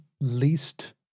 least